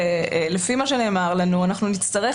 לפי מה שנאמר לנו אנחנו נצטרך